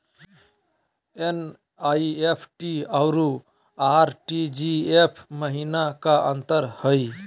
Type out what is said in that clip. NEFT अरु RTGS महिना का अंतर हई?